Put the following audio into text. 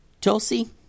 Tulsi